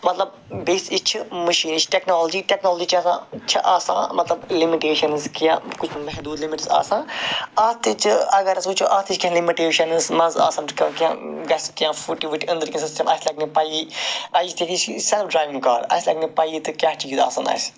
مطلب بیٚیہِ یہِ چھِ مٔشی یہِ چھِ ٹٮ۪کنالجی ٹٮ۪کنالجی چھِ آسان چھِ آسان مطلب لِمِٹیٚشنٕز کیٚنٛہہ محدوٗد لِمِٹٕس آسان اَتھ تہِ چھِ اگر أسۍ وُچھو اَتھ تہِ چھِ کیٚنٛہہ لِمِٹیٚشنٕس منٛز آسان کیٚنٛہہ گژھِ کیٚنٛہہ فُٹہٕ وُٹہِ أنٛدٕرۍ کِنۍ یُس زِ اَسہِ لگہِ نہٕ پیی اَجہِ تہِ چھےٚ سیلٕف ڈراوِنٛگ کار اَسہِ لگہِ نہٕ پیی تہٕ کیٛاہ چیٖز آسن اَسہِ